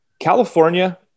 California